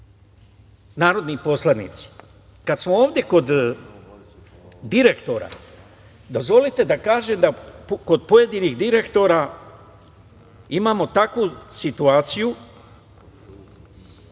narodni poslanici, kad smo ovde kod direktora, dozvolite da kažem da kod pojedinih direktora imamo takvu situaciju